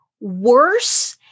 worse